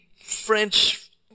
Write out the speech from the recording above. French